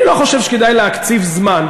אני לא חושב שכדאי להקציב זמן,